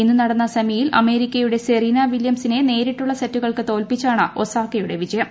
ഇന്ന് നടന്ന സെമിയിൽ അമേരിക്കയുടെ സെറീനാ വിലൃംസിനെ നേരിട്ടുള്ള സെറ്റുകൾക്ക് തോൽപ്പിച്ചാണ് ഒസാക്കയുടെ വിജയം